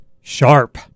Sharp